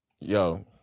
Yo